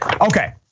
Okay